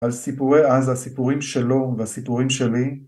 על סיפורי אז, הסיפורים שלו והסיפורים שלי.